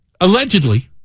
Allegedly